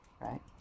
right